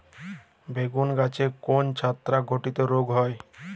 বেগুন গাছে কোন ছত্রাক ঘটিত রোগ হয়?